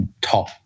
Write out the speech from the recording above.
top